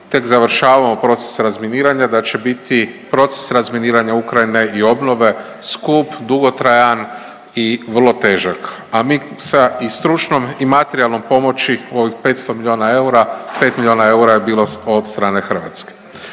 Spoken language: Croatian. tek završavamo proces razminiranja, da će biti proces razminiranja Ukrajine i obnove skup, dugotrajan i vrlo težak, a mi sa i stručnom i materijalnom pomoći u ovih 500 milijuna eura, 5 milijuna eura je bilo od strane Hrvatske.